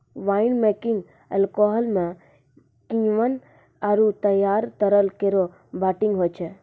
wine making alcohol म किण्वन आरु तैयार तरल केरो बाटलिंग होय छै